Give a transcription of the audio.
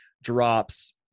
drops